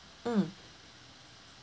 mm